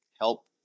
help